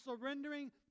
surrendering